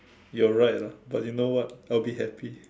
you are right lah but you know what I will be happy